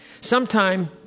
sometime